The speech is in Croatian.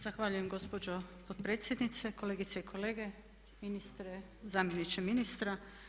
Zahvaljujem gospođo potpredsjednice, kolegice i kolege, ministre, zamjeniče ministra.